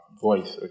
voice